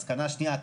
מסקנה שנייה,